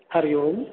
हरिः ओम्